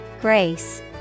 Grace